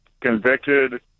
convicted